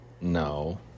No